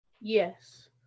Yes